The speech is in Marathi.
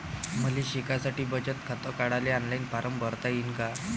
मले शिकासाठी बचत खात काढाले ऑनलाईन फारम भरता येईन का?